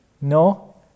No